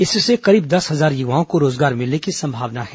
इससे करीब दस हजार युवाओं को रोजगार मिलने की संभावना है